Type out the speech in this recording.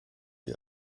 die